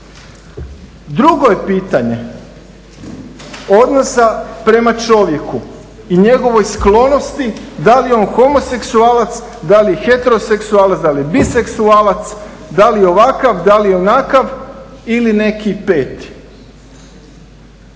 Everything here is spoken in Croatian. Drugo je pitanje odnosa prema čovjeku i njegovoj sklonosti, da li je on homoseksualac, da li je heteroseksualac, da li je biseksualac, da li je ovakav, da li je onakav ili neki peti.